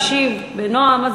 הקשיב בנועם,